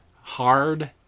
hard